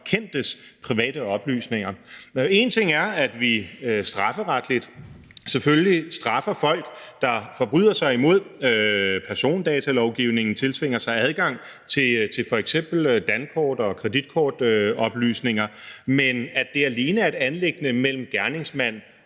kendtes private oplysninger. En ting er, at vi strafferetligt selvfølgelig straffer folk, der forbryder sig imod persondatalovgivningen og tiltvinger sig adgang til f.eks. dankort- og kreditkortoplysninger, men at det alene er et anliggende mellem gerningsmand